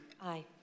Aye